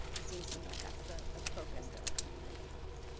seems to me like that's the the focus that we're trying to enhance.